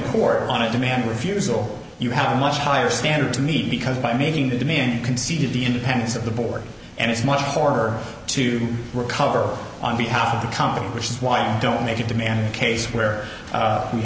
poor on a demand refusal you have a much higher standard to meet because by making the demand conceded the independence of the board and it's much harder to recover on behalf of the company which is why i don't make a demand case where